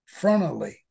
frontally